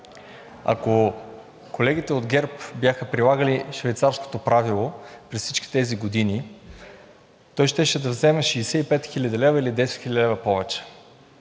Ако колегите от ГЕРБ бяха прилагали Швейцарското правило през всичките тези години, той щеше да вземе 65 хил. лв., или 10 хил. лв. повече.